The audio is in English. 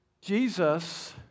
Jesus